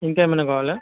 ఇంకేమైనా కావాలా